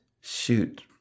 Shoot